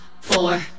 four